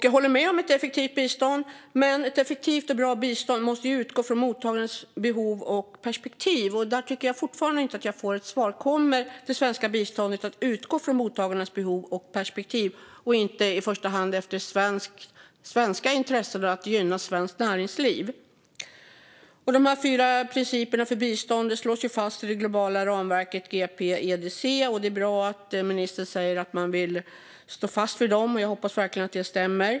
Jag håller med om att biståndet ska vara effektivt, men ett effektivt och bra bistånd måste ju utgå från mottagarnas behov och perspektiv. Där tycker jag fortfarande inte att jag får svar. Kommer det svenska biståndet att utgå från mottagarnas behov och perspektiv och inte i första hand från svenska intressen och vad som gynnar svenskt näringsliv? De fyra principerna för bistånd slås fast i det globala ramverket GPEDC. Det är bra att ministern säger att man vill stå fast vid dem. Jag hoppas verkligen att det stämmer.